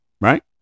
right